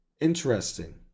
interesting